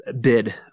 bid